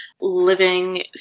living